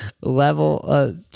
level